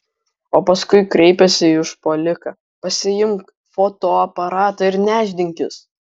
o paskui kreipėsi į užpuoliką pasiimk fotoaparatą ir nešdinkis